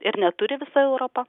ir neturi visa europa